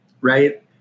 right